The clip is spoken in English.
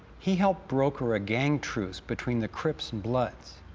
he helped broker a gang truce between the crips and bloods.